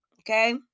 okay